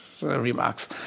remarks